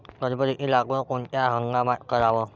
टरबूजाची लागवड कोनत्या हंगामात कराव?